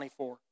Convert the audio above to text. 24